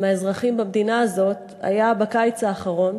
מהאזרחים במדינה הזאת היה בקיץ האחרון,